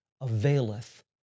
availeth